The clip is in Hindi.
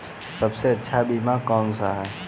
सबसे अच्छा बीमा कौन सा है?